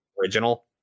original